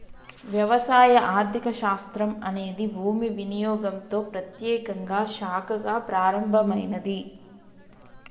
వ్యవసాయ ఆర్థిక శాస్త్రం అనేది భూమి వినియోగంతో ప్రత్యేకంగా శాఖగా ప్రారంభమైనాది